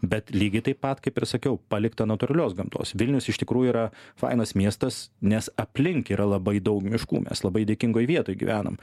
bet lygiai taip pat kaip ir sakiau palikta natūralios gamtos vilnius iš tikrųjų yra fainas miestas nes aplink yra labai daug miškų mes labai dėkingoj vietoj gyvenam